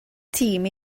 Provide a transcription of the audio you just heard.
tîm